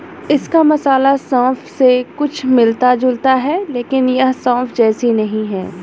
इसका मसाला सौंफ से कुछ मिलता जुलता है लेकिन यह सौंफ जैसा नहीं है